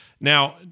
Now